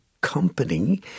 company